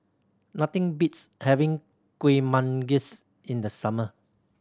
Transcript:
nothing beats having Kueh Manggis in the summer